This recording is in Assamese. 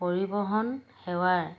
পৰিৱহণ সেৱাৰ